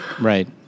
Right